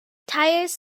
tires